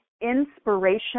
inspiration